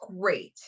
great